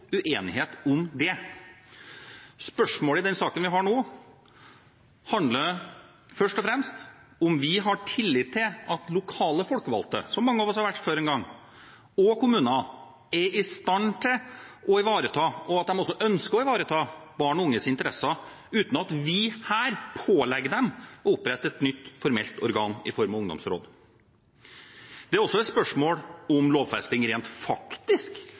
om det. Spørsmålet i den saken som behandles nå, handler først og fremst om vi har tillit til at lokale folkevalgte – som mange av oss har vært før en gang – og kommunene er i stand til å ivareta, og også ønsker å ivareta, barn og unges interesser uten at vi her pålegger dem å opprette et nytt, formelt organ i form av ungdomsråd. Det er også et spørsmål om lovfesting rent faktisk